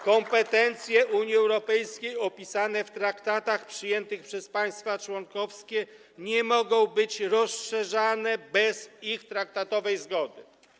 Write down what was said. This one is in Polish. Kompetencje Unii Europejskiej opisane w traktatach przyjętych przez państwa członkowskie nie mogą być rozszerzane bez ich traktatowej zgody.